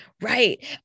Right